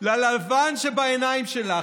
שבעיניים שלך.